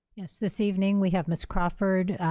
yes, this evening we have miss crawford,